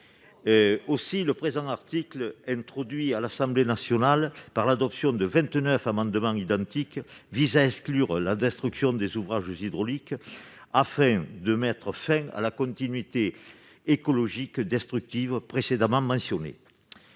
Aussi le présent article, introduit à l'Assemblée nationale par l'adoption de vingt-neuf amendements identiques, exclut-il la destruction des ouvrages hydrauliques, mettant fin à la continuité écologique destructive précédemment mentionnée.